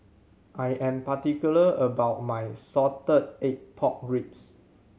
I am particular about my salted egg pork ribs